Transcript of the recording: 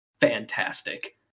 Fantastic